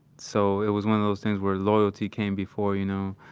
so it was one of those things where loyalty came before, you know,